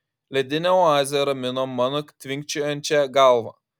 ledinė oazė ramino mano tvinkčiojančią galvą